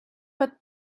but